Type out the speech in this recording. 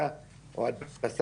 אדוני יושב הראש,